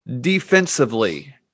defensively